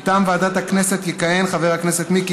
מטעם ועדת הכנסת יכהן חבר הכנסת מיקי